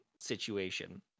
situation